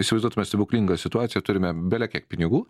įsivaizduotume stebuklingą situaciją turime bele kiek pinigų